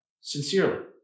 sincerely